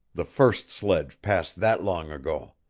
the first sledge passed that long ago.